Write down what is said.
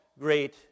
great